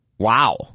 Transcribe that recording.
Wow